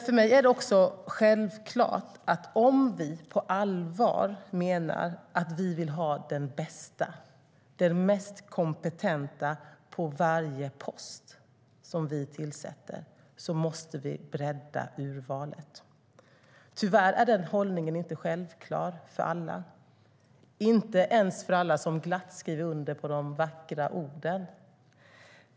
För mig är det också självklart att om vi på allvar menar att vi vill ha den bästa och mest kompetenta på varje post som ska tillsättas måste vi bredda urvalet. Tyvärr är den hållningen inte självklar för alla, inte ens för alla dem som glatt skriver under på de vackra orden.